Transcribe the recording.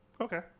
Okay